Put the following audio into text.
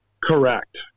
Correct